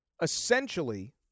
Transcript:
essentially